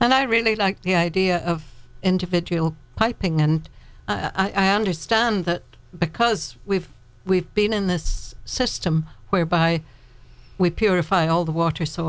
and i really like the idea of individual piping and i understand that because we've we've been in this system whereby we purify all the water so